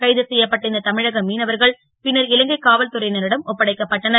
கைது செ யப்பட்ட இந்த தமிழக மீனவர்கள் பின்னர் இலங்கை காவல்துறை னரிடம் ஒப்படைக்கப்பட்டனர்